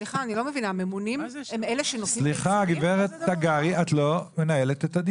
סליחה הממונים הם אלה שנושאים את העיצומים?